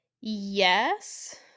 yes